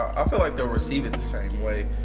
i feel like they'll receive it the same way.